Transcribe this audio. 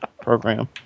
program